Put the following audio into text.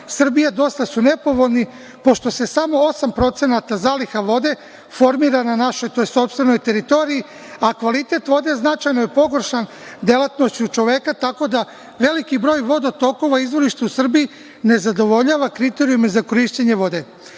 Srbije dosta su nepovoljni, pošto se samo 8% zaliha vode formira na našoj sopstvenoj teritoriji, a kvalitet vode značajno je pogoršan delatnošću čoveka, tako da veliki broj vodotokova i izvorišta u Srbiji ne zadovoljava kriterijume za korišćenje vode. Kada